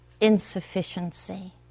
insufficiency